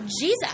Jesus